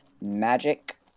magic